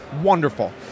wonderful